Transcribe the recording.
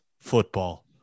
football